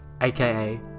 aka